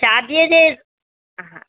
शादीअ जे हा हा